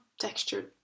textured